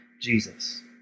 Jesus